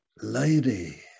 lady